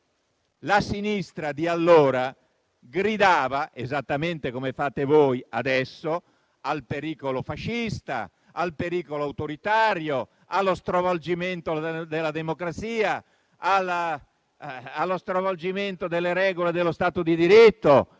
la sinistra di allora gridava, esattamente come fate voi adesso, al pericolo fascista e autoritario, nonché allo stravolgimento della democrazia, e delle regole dello Stato di diritto